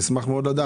נשמח מאוד לדעת.